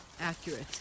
accurate